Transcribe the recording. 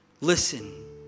Listen